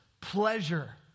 pleasure